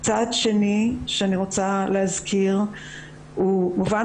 צעד שני שאני רוצה להזכיר הוא מובן